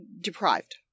deprived